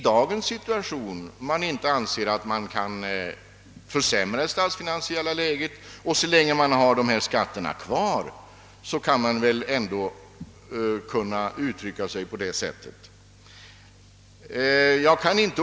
Sådan som situationen nu är bör vi inte försämra det statsfinansiella läget. Och så länge vi har dessa skatter kvar kan man väl uttrycka saken så som utskottet har gjort.